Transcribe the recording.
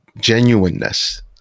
genuineness